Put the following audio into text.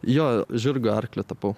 jo žirgą arklį tapau